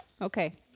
Okay